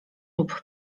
lub